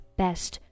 best